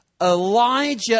Elijah